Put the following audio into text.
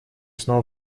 снова